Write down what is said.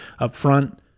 upfront